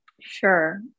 Sure